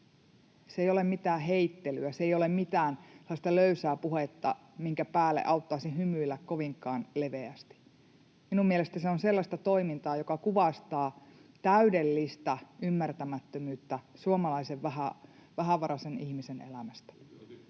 Se ei ole mitään heittelyä, se ei ole mitään sellaista löysää puhetta, minkä päälle auttaisi hymyillä kovinkaan leveästi. Minun mielestäni se on sellaista toimintaa, joka kuvastaa täydellistä ymmärtämättömyyttä suomalaisen vähävaraisen ihmisen elämästä.